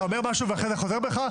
אתה אומר משהו ואחר כך חוזר בך?